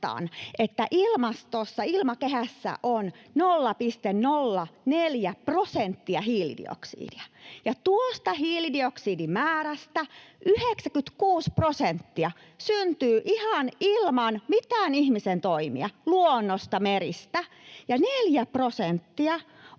että ilmakehässä on 0,04 prosenttia hiilidioksidia, ja tuosta hiilidioksidimäärästä 96 prosenttia syntyy ihan ilman mitään ihmisen toimia — luonnosta, meristä — ja neljä prosenttia